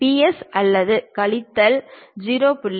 plus அல்லது கழித்தல் 0